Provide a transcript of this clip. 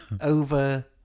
Over